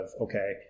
okay